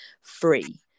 free